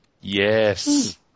yes